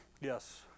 Yes